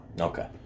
Okay